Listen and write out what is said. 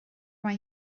mae